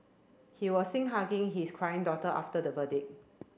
he was seen hugging his crying daughter after the verdict